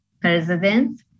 president